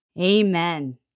Amen